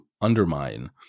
undermine